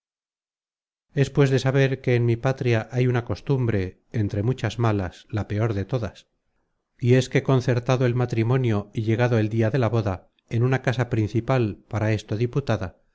pues de saber que en mi patria hay una costumbre entre muchas malas la peor de todas y es que concertado el matrimonio y llegado el dia de la boda en una casa principal para esto diputada